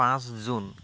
পাঁচ জুন